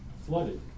flooded